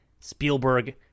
Spielberg